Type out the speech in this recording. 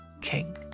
king